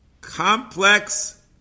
complex